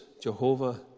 Jehovah